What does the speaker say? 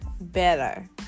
better